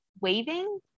waving